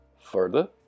Further